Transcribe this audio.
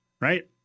right